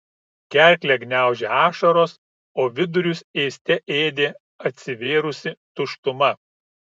gerklę gniaužė ašaros o vidurius ėste ėdė atsivėrusi tuštuma